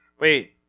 Wait